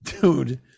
dude